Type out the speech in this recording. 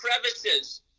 crevices